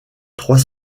trois